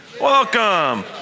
welcome